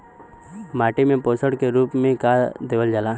माटी में पोषण के रूप में का देवल जाला?